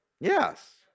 Yes